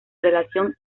relación